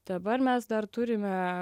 dabar mes dar turime